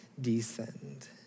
descend